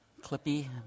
Clippy